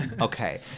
Okay